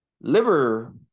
liver